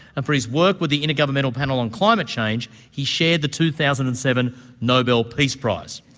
and for his work with the intergovernmental panel on climate change, he shared the two thousand and seven nobel peace prize.